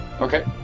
Okay